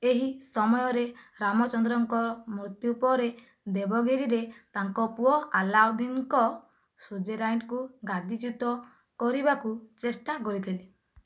ଏହି ସମୟରେ ରାମଚନ୍ଦ୍ରଙ୍କ ମୃତ୍ୟୁ ପରେ ଦେବଗିରିରେ ତାଙ୍କ ପୁଅ ଆଲାଉଦ୍ଦିନଙ୍କ ସୁଜେରାଇଣ୍ଟକୁ ଗାଦିଚ୍ୟୁତ କରିବାକୁ ଚେଷ୍ଟା କରିଥିଲେ